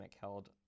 held